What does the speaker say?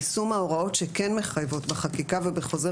יישום ההוראות שכן מחייבות בחקיקה ובחוזר